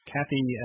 Kathy